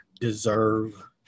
deserve